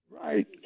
Right